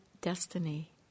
destiny